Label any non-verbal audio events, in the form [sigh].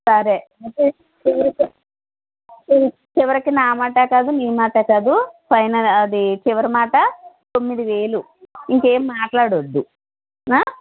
సరే [unintelligible] చివరికి నామాట కాదు నీ మాట కాదు ఫైనల్ అది చివరి మాట తొమ్మిది వేలు ఇంకేం మాట్లాడొద్దు